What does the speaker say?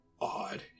Odd